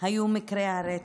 היו מקרי הרצח.